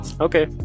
okay